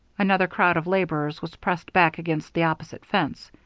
another crowd of laborers was pressed back against the opposite fence.